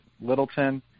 Littleton